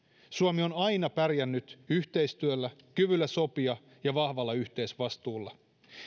suomi on aina pärjännyt yhteistyöllä kyvyllä sopia ja vahvalla yhteisvastuulla